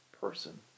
person